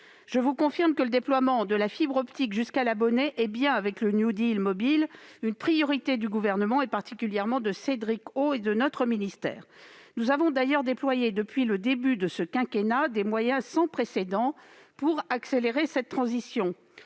Je vous confirme que le déploiement de la fibre optique jusqu'à l'abonné au travers du « New Deal mobile » est bien une priorité du Gouvernement, particulièrement de Cédric O et de mon ministère. Nous avons d'ailleurs déployé depuis le début de ce quinquennat des moyens sans précédent pour accélérer cette transition.